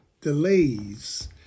delays